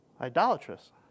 Idolatrous